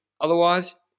Otherwise